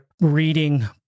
reading